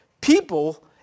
people